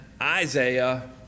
Isaiah